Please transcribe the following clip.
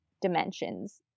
dimensions